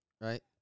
right